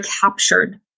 captured